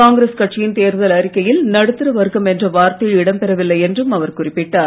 காங்கிரஸ் கட்சியின் தேர்தல் அறிக்கையில் நடுத்தரவர்க்கம் என்ற வார்த்தையே இடம்பெறவில்லை என்றும் அவர் குறிப்பிட்டார்